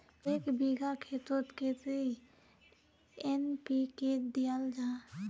एक बिगहा खेतोत कतेरी एन.पी.के दियाल जहा?